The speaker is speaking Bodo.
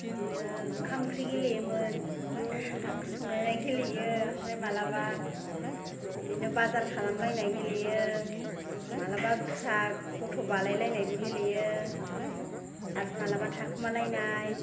बिदिनो ओंखाम ओंख्रि गेलेयोमोन ओंखाम ओंख्रि संनाय गेलेयो ओमफ्राय मालाबा बिदिनो बाजार खालामलायनाय गेलेयो मालाबा फिसा गथ' बालायलायनायबो गेलेयो आरो मालाबा थाखोमालायनाय